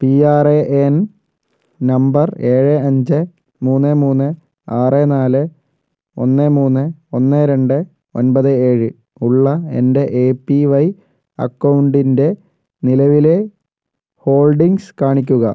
P R A N number ഏഴ് അഞ്ച് മൂന്ന് മൂന്ന് ആറ് നാല് ഒന്ന് മൂന്ന് ഒന്ന് രണ്ട് ഒൻപത് ഏഴ് ഉള്ള എൻ്റെ എ പി വൈ അക്കൗണ്ടിൻ്റെ നിലവിലെ ഹോൾഡിംഗ്സ് കാണിക്കുക